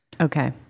Okay